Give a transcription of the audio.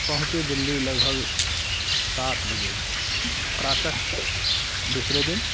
पहुँचे दिल्ली लगभग सात बजे प्रातः दूसरे दिन